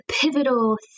pivotal